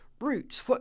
Roots